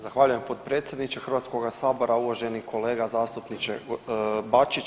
Zahvaljujem potpredsjedniče Hrvatskoga sabora, uvaženi kolega zastupniče Bačić.